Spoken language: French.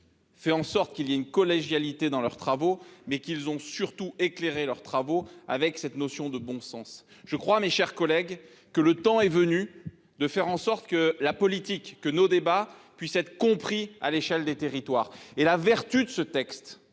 Fait en sorte qu'il y a une collégialité dans leurs travaux mais qu'ils ont surtout éclairer leurs travaux avec cette notion de bon sens, je crois, mes chers collègues, que le temps est venu de faire en sorte que la politique que nos débats puisse être compris à l'échelle des territoires et la vertu de ce texte.